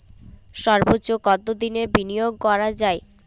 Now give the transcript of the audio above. সর্বোচ্চ কতোদিনের বিনিয়োগ করা যায়?